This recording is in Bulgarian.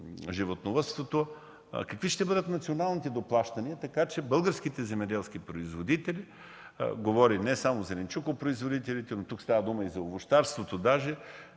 животновъдството: какви ще бъдат националните доплащания, така че българските земеделски производители – не само зеленчукопроизводителите, но тук става дума и за овощарството,